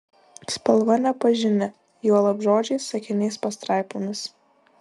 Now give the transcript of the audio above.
spalva nepažini juolab žodžiais sakiniais pastraipomis